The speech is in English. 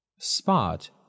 Spot